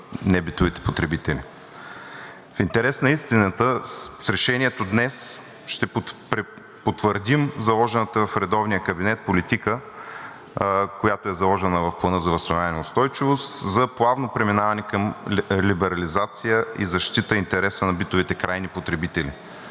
В интерес на истината, с решението днес ще препотвърдим заложената в редовния кабинет политика, която е заложена в Плана за възстановяване и устойчивост за плавно преминаване към либерализация и защита интереса на битовите крайни потребители